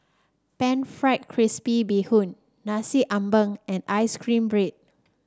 Pan fried crispy Bee Hoon Nasi Ambeng and ice cream bread